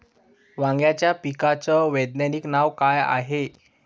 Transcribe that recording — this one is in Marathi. वांग्याच्या पिकाचं वैज्ञानिक नाव का हाये?